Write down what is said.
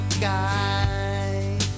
guy